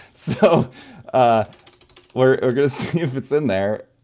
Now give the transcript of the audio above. so ah we're going to see if it's in there.